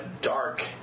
dark